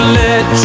let